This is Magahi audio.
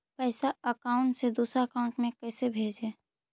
पैसा अकाउंट से दूसरा अकाउंट में कैसे भेजे?